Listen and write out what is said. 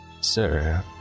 Sir